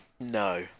No